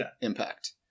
impact